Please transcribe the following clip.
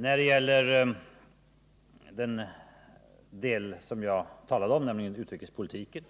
När det gäller det som jag talade om, dvs. utrikespolitiken,